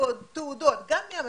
בתעודות גם מאמריקה,